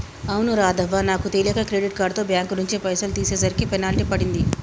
అవును రాధవ్వ నాకు తెలియక క్రెడిట్ కార్డుతో బ్యాంకు నుంచి పైసలు తీసేసరికి పెనాల్టీ పడింది